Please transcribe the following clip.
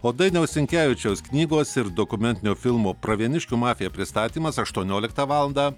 o dainiaus sinkevičiaus knygos ir dokumentinio filmo pravieniškių mafija pristatymas aštuonioliktą valandą